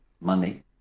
money